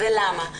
ולמה?